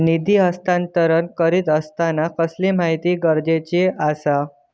निधी हस्तांतरण करीत आसताना कसली माहिती गरजेची आसा?